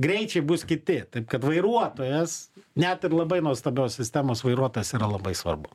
greičiai bus kiti taip kad vairuotojas net ir labai nuostabios sistemos vairuotas yra labai svarbu